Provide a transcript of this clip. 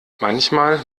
manchmal